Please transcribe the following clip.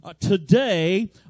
today